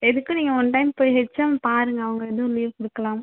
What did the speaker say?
எதுக்கும் நீங்கள் one time போய் ஹெச்எம்யை பாருங்கள் அவங்க எதுவும் லீவ் கொடுக்கலாம்